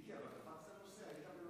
מיקי, אבל עברת נושא.